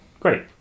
Great